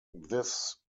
this